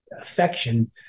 affection